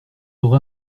aura